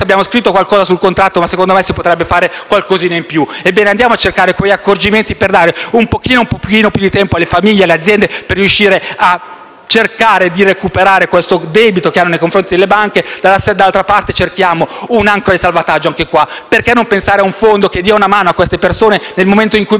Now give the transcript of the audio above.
abbiamo scritto qualcosa nel contratto, ma si potrebbe fare qualcosa in più. Cerchiamo degli accorgimenti per dare un po' più di tempo alle famiglie e alle aziende per riuscire a cercare di recuperare questo debito che hanno nei confronti delle banche. Dall'altra parte, cerchiamo un'ancora di salvataggio: perché non pensare a un fondo che dia una mano a queste persone nel momento in cui